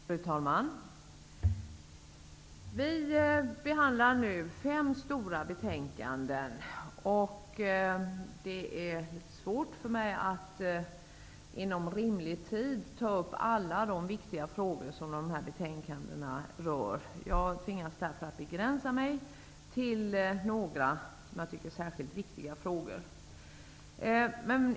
Fru talman! Vi behandlar nu fem stora betänkanden. Det är svårt för mig att hinna ta upp alla viktiga frågor som dessa betänkanden berör. Jag tvingas därför begränsa mig till några frågor som jag tycker är särskilt viktiga.